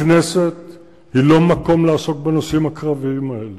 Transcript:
הכנסת היא לא מקום לעסוק בנושאים הקרביים האלה.